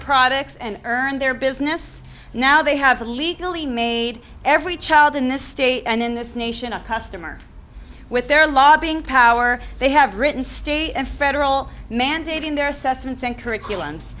products and earn their business now they have legally made every child in this state and in this nation a customer with their lobbying power they have written state and federal mandating their assessments and curriculums